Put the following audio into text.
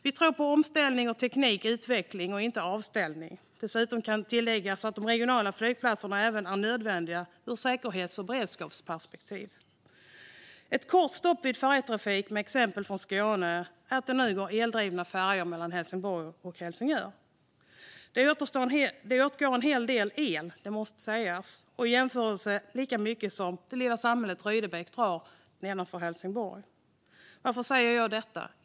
Vi tror på omställning och teknisk utveckling, inte avställning. Dessutom är de regionala flygplatserna nödvändiga ur ett säkerhets och beredskapsperspektiv. Jag gör ett kort stopp vid färjetrafik med ett exempel från Skåne, där det i dag går eldrivna färjor mellan Helsingborg och Helsingör. Det går åt en hel del el, måste sägas - lika mycket som till det lilla samhället Rydebäck söder om Helsingborg. Varför säger jag detta?